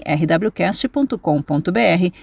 rwcast.com.br